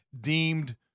deemed